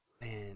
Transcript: Man